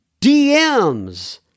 DMs